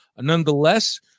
Nonetheless